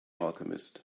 alchemist